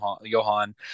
Johan